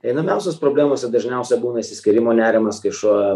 einamiausios problemos ir dažniausia būna išsiskyrimo nerimas kai šuo